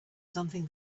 something